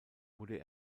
wurde